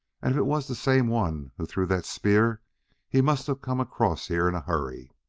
and if it was the same one who threw that spear he must have come across here in a hurry.